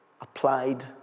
applied